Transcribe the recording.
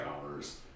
hours